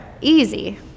easy